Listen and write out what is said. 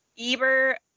Eber